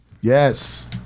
Yes